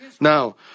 Now